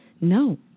No